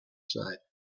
side